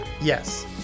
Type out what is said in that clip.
yes